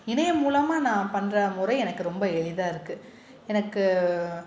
இணையம் மூலம் நான் பண்ணுற முறை எனக்கு ரொம்ப எளிதாக இருக்குது எனக்கு